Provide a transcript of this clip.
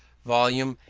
volume,